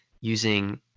using